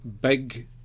big